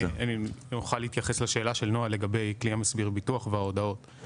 אם אני רק אוכל להתייחס לשאלה של נעה לגבי כלי המסביר ביטוח וההודעות.